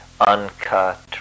uncut